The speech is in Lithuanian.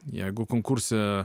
jeigu konkurse